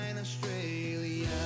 Australia